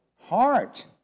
Heart